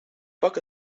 foc